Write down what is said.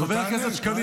נו, תענה, תענה.